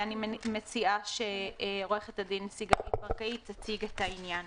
אני מציעה שעורכת הדין סיגלית ברקאי תציג את העניין.